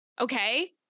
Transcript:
Okay